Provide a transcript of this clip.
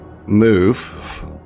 Move